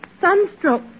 Sunstroke